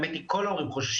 האמת היא שכל ההורים חוששים,